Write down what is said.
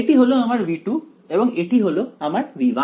এটি হলো আমার V2 এবং এটি হল আমার V1